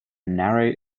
narrow